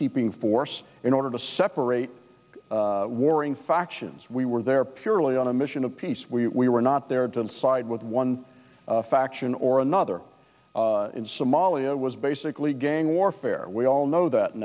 keeping force in order to separate warring factions we were there purely on a mission of peace we were not there to side with one faction or another in somalia was basically gang warfare we all know that